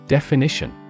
Definition